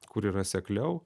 kur yra sekliau